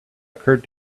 occurred